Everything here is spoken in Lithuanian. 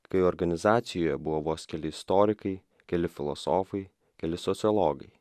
kai organizacijoje buvo vos keli istorikai keli filosofai keli sociologai